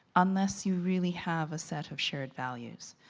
unless you really have a set of shared values.